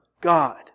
God